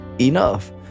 enough